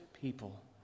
people